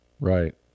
Right